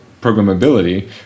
programmability